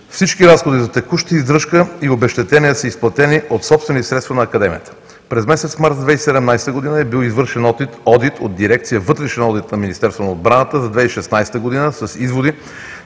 Всички разходи за текуща издръжка и обезщетение са изплатени от собствени средства на Академията. През месец март 2017 г. е бил извършен одит от дирекция „Вътрешен одит“ на Министерството на отбраната за 2016 г. с изводи,